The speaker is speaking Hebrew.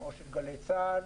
גלי צה"ל,